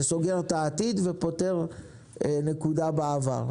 זה סוגר את העתיד ופותר נקודה בעבר.